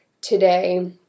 today